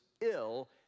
ill